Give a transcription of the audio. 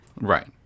right